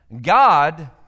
God